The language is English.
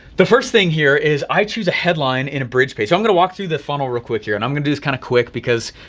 the first thing here is i choose a headline in a bridge page. i'm gonna walk through the funnel real quick here and i'm gonna do is kind of quick because,